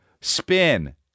spin